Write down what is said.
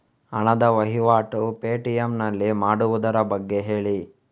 ಹಣದ ವಹಿವಾಟು ಪೇ.ಟಿ.ಎಂ ನಲ್ಲಿ ಮಾಡುವುದರ ಬಗ್ಗೆ ಹೇಳಿ